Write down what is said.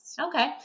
Okay